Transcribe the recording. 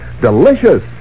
Delicious